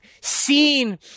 seen